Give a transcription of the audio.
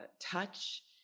touch